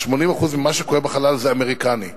80% ממה שקורה בחלל זה אמריקני,